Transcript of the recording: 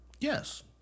Yes